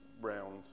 round